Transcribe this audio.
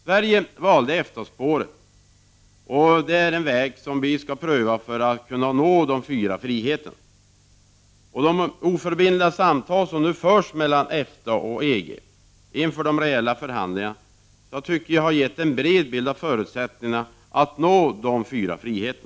Sverige valde EFTA-spåret, och det är den väg som vi skall pröva för att nå de fyra friheterna. Jag tycker att de oförbindliga samtal som nu förs mellan EFTA och EG inför de reella förhandlingarna har gett en bred bild av de faktiska förutsättningarna för att nå dessa friheter.